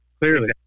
Clearly